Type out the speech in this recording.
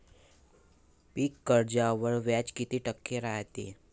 पीक कर्जावर व्याज किती टक्के रायते?